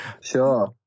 sure